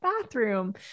bathroom